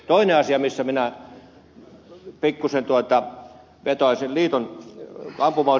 toinen asia missä minä pikkuisen vetoaisin